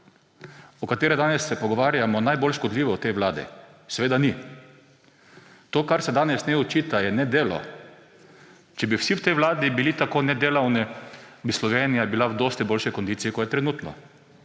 o kateri se danes pogovarjamo, najbolj škodljiva v tej vladi? Seveda ni. To, kar se danes njej očita, je nedelo. Če bi vsi v tej vladi bili tako nedelavni, bi Slovenija bila v dosti boljši kondiciji, kot je trenutno.